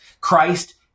Christ